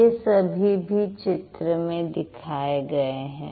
ये सभी भी चित्र में दिखाए गए हैं